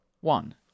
one